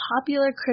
popular